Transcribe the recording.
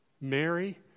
Mary